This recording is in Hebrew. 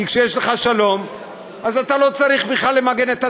כי כשיש לך הסכם שלום אז אתה לא צריך בכלל למגן את עצמך.